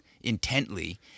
Intently